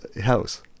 house